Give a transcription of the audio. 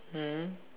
mm